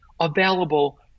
available